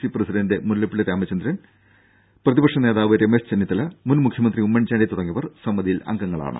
C president Mullappally Ramachandran പ്രതിപക്ഷ നേതാവ് രമേശ് ചെന്നിത്തല മുൻ മുഖ്യമന്ത്രി ഉമ്മൻചാണ്ടി തുടങ്ങിയവർ സമിതിയിൽ അംഗങ്ങളായിരിക്കും